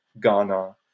Ghana